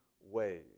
ways